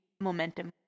momentum